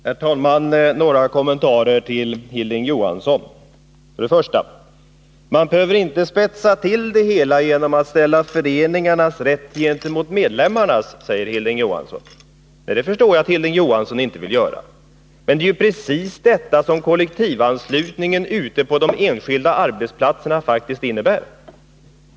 Herr talman! Några kommentarer till Hilding Johansson. För det första: Man behöver inte spetsa till det hela genom att ställa föreningarnas rätt gentemot medlemmarnas, säger Hilding Johansson. Nej, det förstår jag att Hilding Johansson inte vill göra. Men det är precis det som kollektivanslutningen ute på de enskilda arbetsplatserna faktiskt innebär.